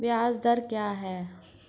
ब्याज दर क्या है?